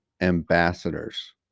ambassadors